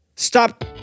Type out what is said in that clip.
stop